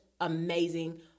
amazing